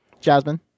Jasmine